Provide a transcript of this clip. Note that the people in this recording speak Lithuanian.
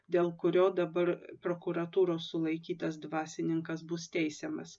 dėl kurio dabar prokuratūros sulaikytas dvasininkas bus teisiamas